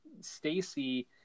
Stacy